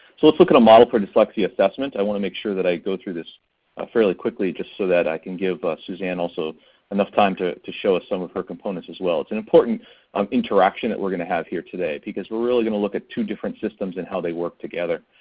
so let's look at a model for dyslexia assessment. i want to make sure that i go through this ah fairly quickly just so i can give suzanne also enough time to to show us some of her components as well. it's an important um interaction that we're gonna have here today because we're really gonna look at two different systems and how they work together.